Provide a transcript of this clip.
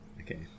Okay